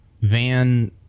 van